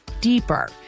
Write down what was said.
deeper